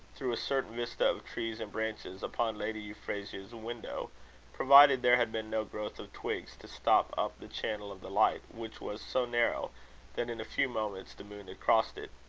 through a certain vista of trees and branches, upon lady euphrasia's window provided there had been no growth of twigs to stop up the channel of the light, which was so narrow that in a few moments the moon had crossed it.